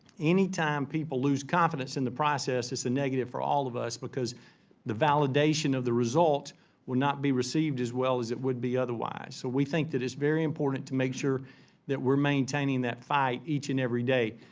any time people lose confidence in the process, it's a negative for all of us, because the validation of the results would not be received as well as it would be otherwise. so, we think that it's very important to make sure that we're maintaining that fight, each and every day.